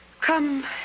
come